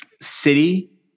city